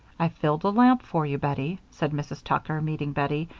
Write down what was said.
i've filled a lamp for you, bettie, said mrs. tucker, meeting bettie,